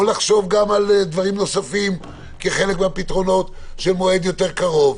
או לחשוב גם על דברים נוספים כחלק מהפתרונות של מועד יותר קרוב,